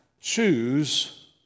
choose